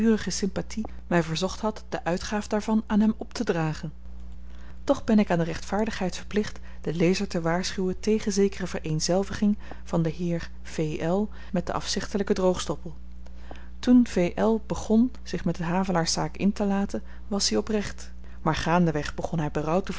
sympatie my verzocht had de uitgaaf daarvan aan hem optedragen toch ben ik aan de rechtvaardigheid verplicht den lezer te waarschuwen tegen zekere vereenzelviging van den heer v l met den afzichtelyken droogstoppel toen v l begon zich met de havelaarszaak intelaten was-i oprecht maar gaande weg begon hy berouw te